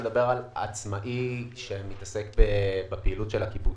אני מדבר על עצמאי שמתעסק בפעילות של הקיבוץ.